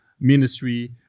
ministry